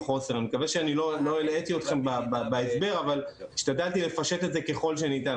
אני מקווה שלא הלאיתי אתכם בהסבר אבל השתדלתי לפשט את זה ככל הניתן.